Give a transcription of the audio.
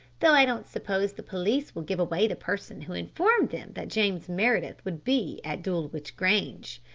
though i don't suppose the police will give away the person who informed them that james meredith would be at dulwich grange.